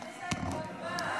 איזה מלך.